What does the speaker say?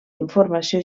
informació